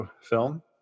film